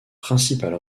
principale